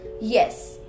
Yes